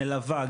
מלווה,